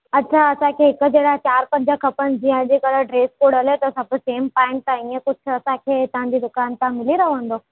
अच्छा असांखे हिकु जहिड़ा चारि पंज खपनि जीअं अॼुकल्ह ड्रेस कोड हले थो सभु सेम पाइनि था इअं कुझु असांखे तव्हांजे दुकान था मिली रहंदो